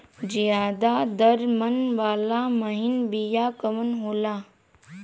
ज्यादा दर मन वाला महीन बिया कवन होला?